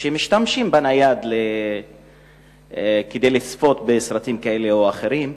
שמשתמשים בנייד כדי לצפות בסרטים כחולים כאלה ואחרים.